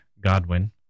Godwin